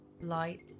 light